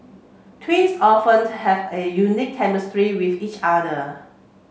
twins often have a unique chemistry with each other